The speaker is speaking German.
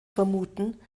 vermuten